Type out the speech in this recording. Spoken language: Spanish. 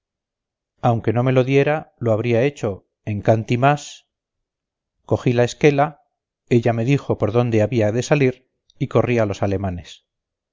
aunque no me lo diera lo habría hecho encantimás cogí la esquela ella me dijo por dónde había de salir y corrí a los alemanes